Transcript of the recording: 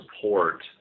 support